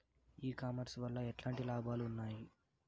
E commerce వల్ల ఎట్లాంటి లాభాలు ఉన్నాయి?